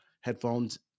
headphones